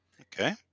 Okay